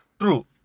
True